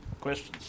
Questions